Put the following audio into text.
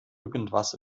irgendwas